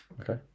Okay